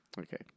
Okay